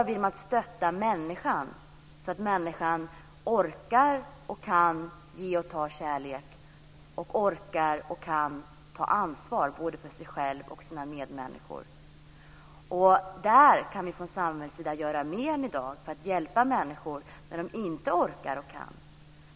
Vi stöttar människan så att hon orkar och kan ge och ta kärlek och orkar och kan ta ansvar både för sig själv och för sina medmänniskor. Vi kan från samhällets sida göra mer än i dag för att hjälpa människor när de inte orkar och kan.